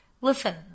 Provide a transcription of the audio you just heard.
listen